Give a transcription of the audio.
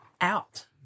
out